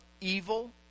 evil